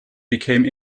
became